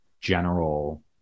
general